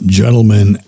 gentlemen